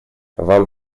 вам